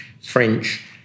French